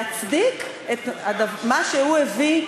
להצדיק את מה שהוא הביא.